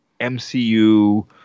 MCU